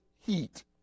heat